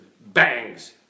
bangs